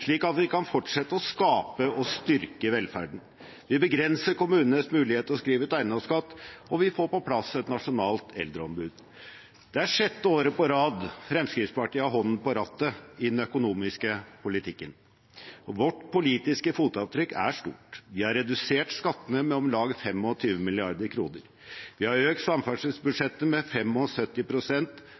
slik at vi kan fortsette å skape og styrke velferden. Vi begrenser kommunenes mulighet til å skrive ut eiendomsskatt, og vi får på plass et nasjonalt eldreombud. Det er sjette året på rad Fremskrittspartiet har hånden på rattet i den økonomiske politikken, og vårt politiske fotavtrykk er stort. Vi har redusert skattene med om lag 25 mrd. kr. Vi har økt samferdselsbudsjettet med